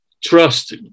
trust